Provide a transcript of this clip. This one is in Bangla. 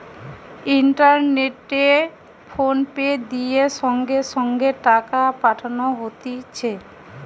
ইন্টারনেটে ফোনপে দিয়ে সঙ্গে সঙ্গে টাকা পাঠানো হতিছে